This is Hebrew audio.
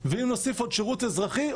מאשר חיילים חרדים.